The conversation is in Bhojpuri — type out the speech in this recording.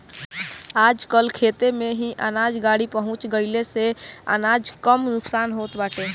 आजकल खेते में ही अनाज गाड़ी पहुँच जईले से अनाज कम नुकसान होत बाटे